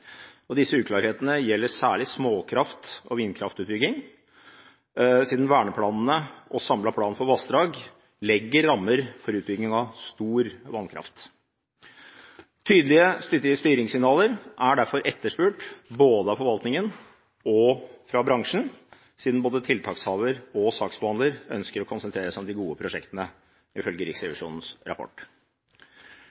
Disse uklarhetene gjelder særlig småkraft- og vindkraftutbygging, siden verneplanene og Samlet plan for vassdrag legger rammer for utbygging av stor vannkraft. Tydelige styringssignaler er derfor etterspurt både av forvaltningen og av bransjen, siden både tiltakshaver og saksbehandler ønsker å konsentrere seg om de gode prosjektene, ifølge